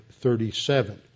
37